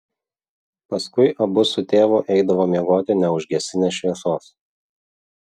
paskui abu su tėvu eidavo miegoti neužgesinę šviesos